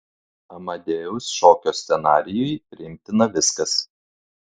amadeus šokio scenarijui priimtina viskas